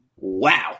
Wow